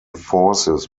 forces